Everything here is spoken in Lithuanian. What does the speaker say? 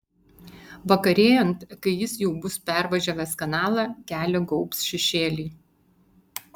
vakarėjant kai jis jau bus pervažiavęs kanalą kelią gaubs šešėliai